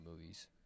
movies